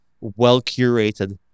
well-curated